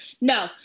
No